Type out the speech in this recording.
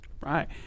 Right